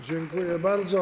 Dziękuję bardzo.